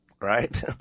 right